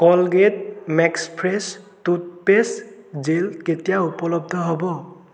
Colgate max fresh toothpaste gel কেতিয়া উপলব্ধ হ'ব